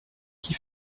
qui